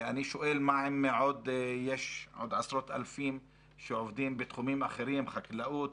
יש עוד עשרות אלפים שעובדים בתחומים אחרים: חקלאות,